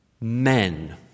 men